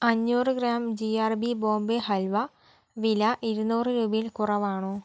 അഞ്ഞൂറ് gram G R B Bombay halwa വില ഇരുനൂറ് രൂപയിൽ കുറവാണോ